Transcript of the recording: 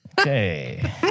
Okay